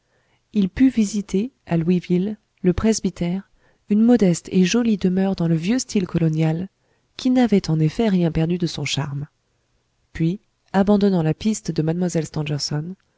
il put visiter à louisville le presbytère une modeste et jolie demeure dans le vieux style colonial qui n'avait en effet rien perdu de son charme puis abandonnant la piste de